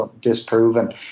disproven